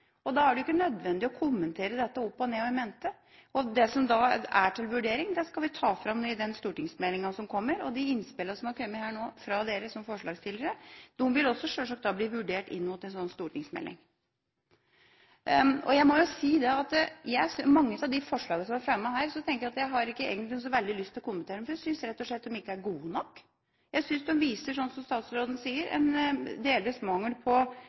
og da er det ikke nødvendig å kommentere dette opp og i mente. Det som er til vurdering, skal vi ta fram i den stortingsmeldinga som kommer. De innspillene som nå har kommet fra forslagsstillerne, vil sjølsagt også bli vurdert opp mot en sånn stortingsmelding. Jeg må si at mange av de forslagene som er fremmet her, tenker jeg at jeg egentlig ikke har så veldig lyst til å kommentere – jeg synes rett og slett de ikke er gode nok. Jeg synes de viser – som statsråden sier – delvis mangel på